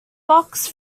box